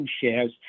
shares